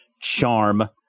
charm